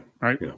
Right